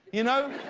you know,